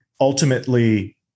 ultimately